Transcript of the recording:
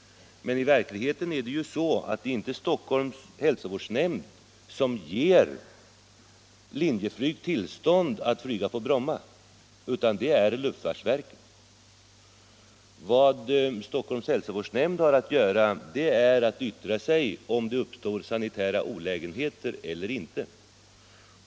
I verkligheten är det emellertid inte Stockholms hälsovårdsnämnd som ger Linjeflyg tillstånd att flyga på Bromma utan det är luftfartsverket. Vad Stockholms hälsovårdsnämnd har att göra är att yttra sig över om det uppstår sanitära olägenheter eller inte.